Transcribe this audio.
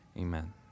amen